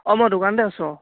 অঁ মই দোকানতে আছোঁ অঁ